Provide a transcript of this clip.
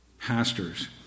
pastors